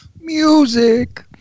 music